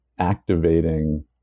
activating